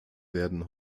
werden